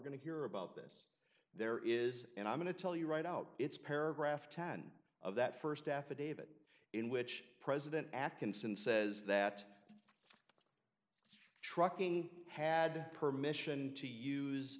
going to hear about this there is and i'm going to tell you right out it's paragraph ten of that st affidavit in which president achan since says that trucking had permission to use